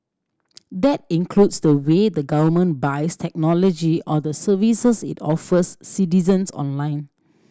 that includes the way the government buys technology or the services it offers citizens online